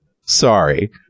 sorry